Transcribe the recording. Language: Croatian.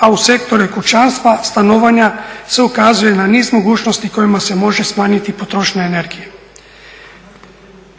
a u sektore kućanstva, stanovanja se ukazuje na niz mogućnosti kojima se može smanjiti potrošnja energije.